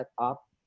setup